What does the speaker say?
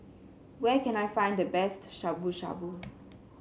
where can I find the best Shabu Shabu